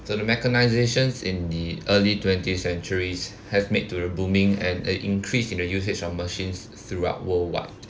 the mechanisations in the early twentieth centuries have made to the booming and a increase in the usage of machines throughout worldwide